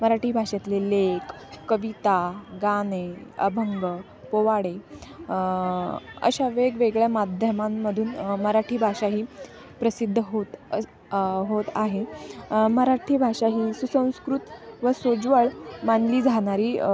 मराठी भाषेतले लेख कविता गाणे अभंग पोवाडे अशा वेगवेगळ्या माध्यमांमधून मराठी भाषा ही प्रसिद्ध होत अस होत आहे मराठी भाषा ही सुसंस्कृत व सोज्वळ मानली जाणारी